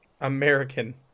American